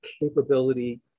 capability